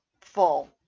full